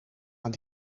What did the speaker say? aan